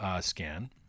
scan